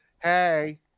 Hey